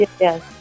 Yes